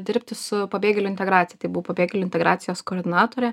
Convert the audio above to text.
dirbti su pabėgėlių integracija pabėgėlių integracijos koordinatore